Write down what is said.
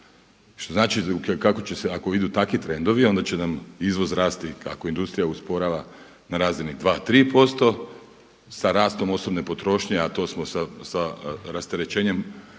kako će se ako idu takvi trendovi, onda će nam izvoz rasti ako industrija usporava na razini 2, 5% sa rastom osobne potrošnje a to smo sa rasterećenjem